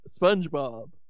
Spongebob